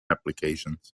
applications